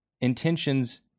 intentions